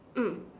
mm